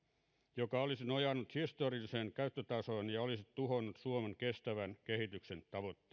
joka olisi nojannut historialliseen käyttötasoon ja olisi tuhonnut suomen kestävän kehityksen